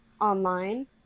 online